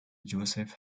joseph